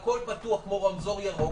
הכול פתוח כמו רמזור ירוק,